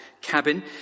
cabin